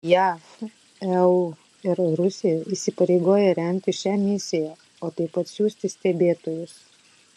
jav eu ir rusija įsipareigoja remti šią misiją o taip pat siųsti stebėtojus